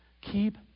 Keep